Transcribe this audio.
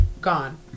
gone